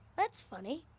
that's funny.